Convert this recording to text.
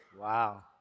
Wow